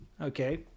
Okay